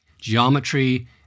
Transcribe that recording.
geometry